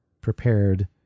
prepared